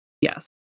Yes